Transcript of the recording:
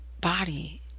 body